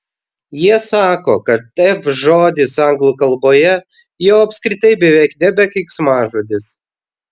jie sako kad f žodis anglų kalboje jau apskritai beveik nebe keiksmažodis